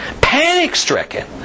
Panic-stricken